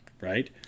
Right